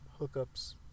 hookups